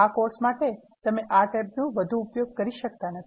આ કોર્સ માટે તમે આ ટેબનો વધુ ઉપયોગ કરી શકતા નથી